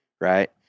right